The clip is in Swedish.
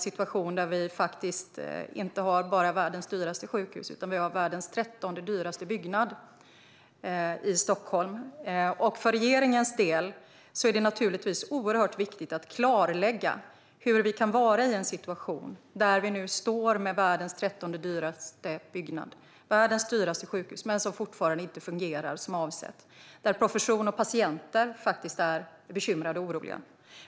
Situationen i dag är att vi inte bara har världens dyraste sjukhus, utan vi har världens 13:e dyraste byggnad i Stockholm. För regeringens del är det oerhört viktigt att klarlägga hur vi kan befinna oss i en situation där vi har världens 13:e dyraste byggnad, världens dyraste sjukhus, som fortfarande inte fungerar så som avsett. Profession och patienter är dessutom oroliga.